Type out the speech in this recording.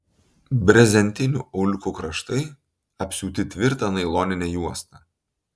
brezentinių auliukų kraštai apsiūti tvirta nailonine juosta